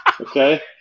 Okay